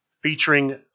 Featuring